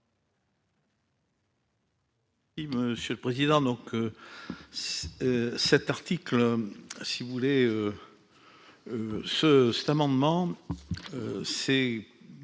monsieur le Président, donc cet article, si vous voulez ce cet amendement, c'est